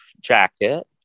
jacket